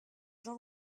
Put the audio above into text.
jean